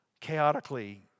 chaotically